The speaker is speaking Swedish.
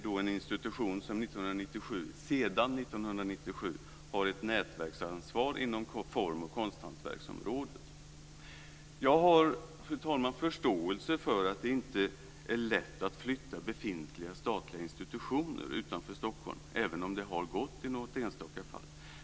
Det är en institution som sedan 1997 har ett nätverksansvar inom form och konsthantverksområdet. Jag har, fru talman, förståelse för att det inte är lätt att flytta befintliga statliga institutioner utanför Stockholm, även om det har gått i något enstaka fall.